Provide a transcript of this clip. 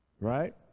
Right